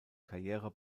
karriere